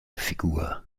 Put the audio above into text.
figur